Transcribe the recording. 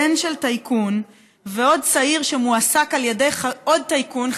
בן של טייקון ועוד צעיר שמועסק על ידי עוד טייקון,